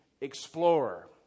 explorer